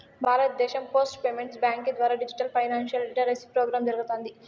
భారతదేశం post payments బ్యాంకీ ద్వారా డిజిటల్ ఫైనాన్షియల్ లిటరసీ ప్రోగ్రామ్ జరగతాంది